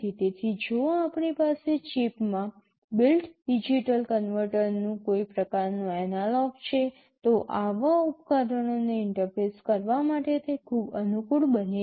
તેથી જો આપણી પાસે ચિપમાં બિલ્ટ ડિજિટલ કન્વર્ટરનું કોઈ પ્રકારનું એનાલોગ છે તો આવા ઉપકરણોને ઇન્ટરફેસ કરવા માટે તે ખૂબ અનુકૂળ બને છે